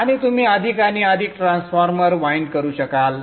आणि तुम्ही अधिक आणि अधिक ट्रान्सफॉर्मर वाइंड करू शकाल